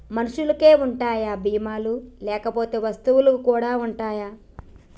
మనుషులకి ఉంటాయా బీమా లు లేకపోతే వస్తువులకు కూడా ఉంటయా?